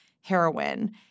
heroin